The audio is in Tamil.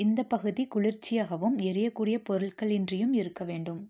இந்த பகுதி குளிர்ச்சியாகவும் எரியக்கூடிய பொருட்களின்றியும் இருக்க வேண்டும்